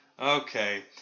okay